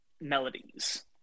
melodies